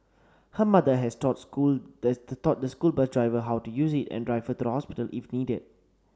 her mother has taught school that taught the school bus driver how to use it and drive her to the hospital if needed